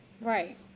right